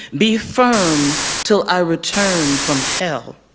be firm till i return from hell.